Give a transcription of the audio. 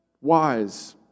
wise